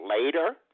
later